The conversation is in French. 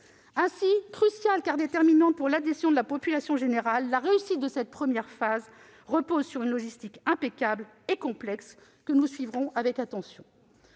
! Cruciale, parce que déterminante pour l'adhésion de la population générale, la réussite de cette première phase repose ainsi sur une logistique impeccable et complexe, que nous suivrons avec attention.